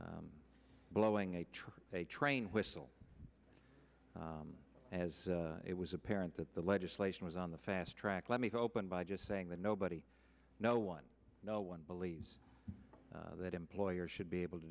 blowing a tree or a train whistle as it was apparent that the legislation was on the fast track let me open by just saying that nobody no one no one believes that employers should be able to